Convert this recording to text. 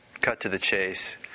cut-to-the-chase